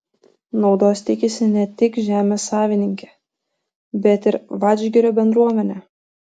naudos tikisi ne tik žemės savininkė bet ir vadžgirio bendruomenė